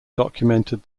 documented